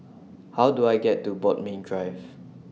How Do I get to Bodmin Drive